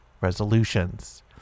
resolutions